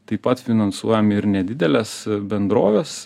taip pat finansuojami ir nedidelės bendrovės